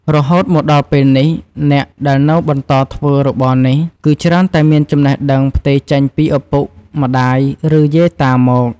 រហូតមកដល់ពេលនេះ អ្នកដែលនៅបន្តធ្វើរបរនេះ គឺច្រើនតែមានចំណេះដឹងផ្ទេរចេញពីឪពុក ម្ដាយ ឬយាយតាមក។